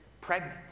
pregnant